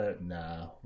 Nah